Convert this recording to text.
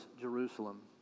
Jerusalem